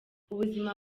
ubuzima